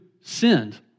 sinned